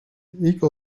ilk